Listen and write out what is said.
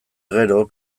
gero